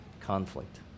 conflict